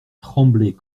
tremblait